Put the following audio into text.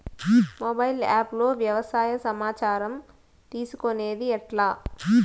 Mobile app లో వ్యవసాయ సమాచారం తీసుకొనేది ఎట్లా?